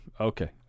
Okay